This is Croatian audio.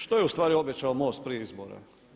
Što je ustvari obećao MOST prije izbora?